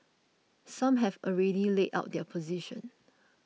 some have already laid out their position